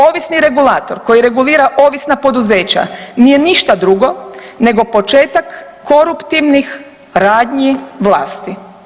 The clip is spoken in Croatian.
Ovisni regulator koji regulira ovisna poduzeća nije ništa drugo nego početak koruptivnih radnji vlasti.